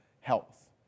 health